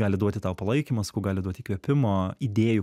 gali duoti tau palaikymą sakau gali duot įkvėpimo idėjų